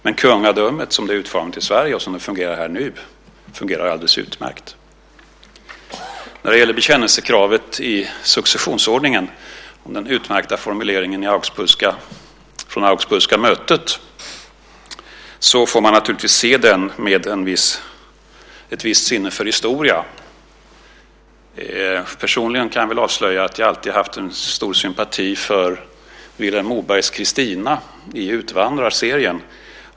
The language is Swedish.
Men kungadömet, som det är utformat i Sverige och som det fungerar här nu, är alldeles utmärkt. När det gäller bekännelsekravet i successionsordningen och den utmärkta formuleringen från augsburgska mötet får man naturligtvis se det med ett visst sinne för historia. Personligen kan jag avslöja att jag alltid har haft en stor sympati för Wilhelm Mobergs Kristina i Utvandrarserien.